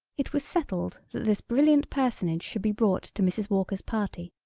it was settled that this brilliant personage should be brought to mrs. walker's party,